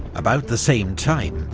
about the same time,